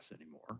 anymore